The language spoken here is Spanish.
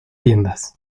tiendas